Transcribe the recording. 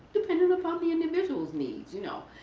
dependent upon the individuals needs, you know.